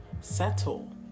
settle